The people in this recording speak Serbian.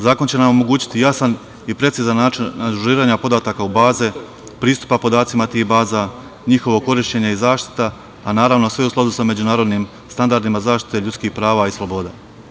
Zakon će nam omogućiti jasan i precizan način ažuriranja podataka u baze, pristupa podacima tih baza, njihovog korišćenja i zaštita, a naravno sve u skladu sa međunarodnim standardima zaštite ljudskih prava i sloboda.